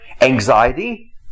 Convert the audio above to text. anxiety